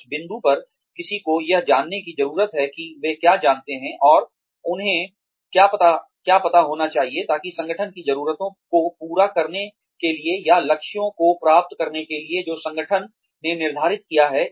उस बिंदु पर किसी को यह जानने की जरूरत है कि वे क्या जानते हैं और उन्हें क्या पता होना चाहिए ताकि संगठन की ज़रूरतों को पूरा करने के लिए या लक्ष्यों को प्राप्त करने के लिए जो संगठन ने निर्धारित किया है